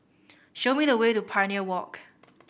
show me the way to Pioneer Walk